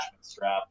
strap